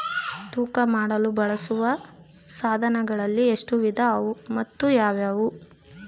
ತೂಕ ಮಾಡಲು ಬಳಸುವ ಸಾಧನಗಳಲ್ಲಿ ಎಷ್ಟು ವಿಧ ಮತ್ತು ಯಾವುವು?